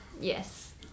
Yes